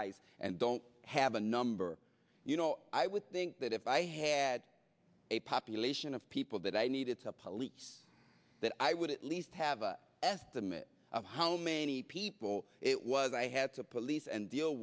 ice and don't have a number you know i would think that if i had a population of people that i needed a police that i would at least have an estimate of how many people it was i had to police and deal